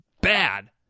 bad